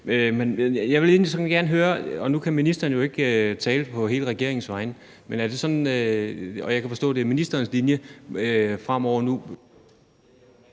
jeg vil egentlig gerne høre – og nu kan ministeren jo ikke tale på hele regeringens vegne, og jeg kan forstå, at det er ministerens linje fremover nu